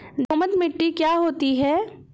दोमट मिट्टी क्या होती हैं?